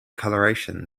coloration